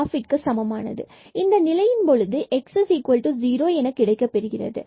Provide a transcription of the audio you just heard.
எனவே இந்த நிலையின் பொழுது x0 என கிடைக்கப்பெறுகிறது